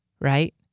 right